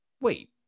wait